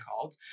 called